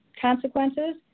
consequences